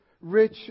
rich